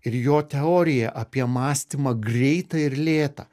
ir jo teoriją apie mąstymą greitą ir lėtą